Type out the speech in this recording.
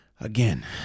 again